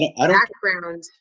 Background